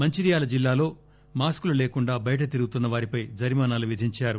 మంచిర్యాల జిల్లాలో మాస్కులు లేకుండ బయట తిరుగుతున్న వారిపై జరిమానాలు విధించారు